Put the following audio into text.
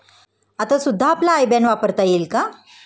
आता सुद्धा आपला आय बॅन वापरता येईल का?